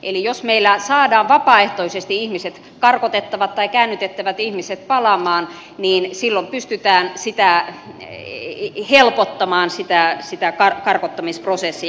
eli jos meillä saadaan karkotettavat tai käännytettävät ihmiset palaamaan vapaaehtoisesti niin silloin pystytään helpottamaan sitä karkottamisprosessia